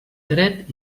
dret